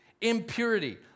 impurity